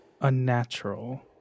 unnatural